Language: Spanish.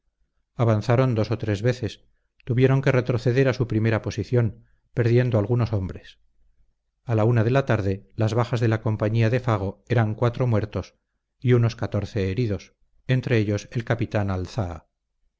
avanzaron dos o tres veces tuvieron que retroceder a su primera posición perdiendo algunos hombres a la una de la tarde las bajas de la compañía de fago eran cuatro muertos y unos catorce heridos entre ellos el capitán alzaa